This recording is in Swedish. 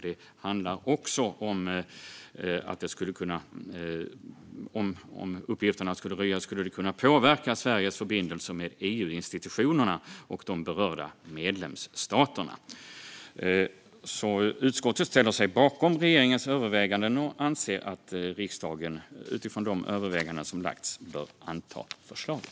Det handlar också om att om uppgifterna röjs skulle det kunna påverka Sveriges förbindelser med EU-institutionerna och de berörda medlemsstaterna. Utskottet ställer sig bakom regeringens överväganden och anser att riksdagen, utifrån de överväganden som gjorts, bör anta lagförslaget.